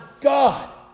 God